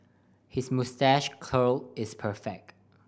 his moustache curl is perfect